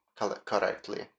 correctly